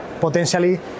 potentially